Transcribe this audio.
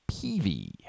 Peavy